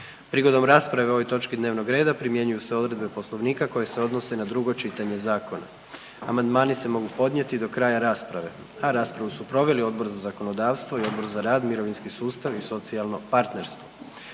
Prigodom rasprave o ovoj točki dnevnog reda primjenjuju se odredbe poslovnika koje se odnose na drugo čitanje zakona. Amandmani se mogu podnijeti do kraja rasprave, a raspravu su proveli Odbor za zakonodavstvo i Odbor za rad, mirovinski sustav i socijalno partnerstvo.